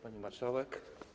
Pani Marszałek!